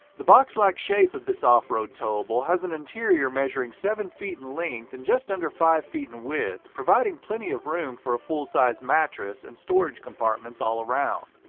the box-like shape of this off-road towable has an interior measuring seven feet in length and just under five feet in width, providing plenty of room for a full-sized mattress and storage compartments all around.